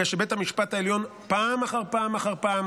בגלל שפעם אחר פעם אחר פעם